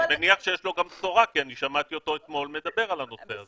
אני מניח שיש לו גם בשורה כי שמעתי אותו אתמול מדבר על הנושא הזה.